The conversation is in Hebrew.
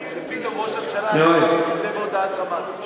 שפתאום ראש הממשלה יצא בהודעה דרמטית.